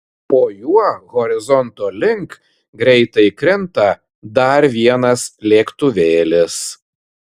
po juo horizonto link greitai krinta dar vienas lėktuvėlis